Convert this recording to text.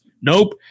Nope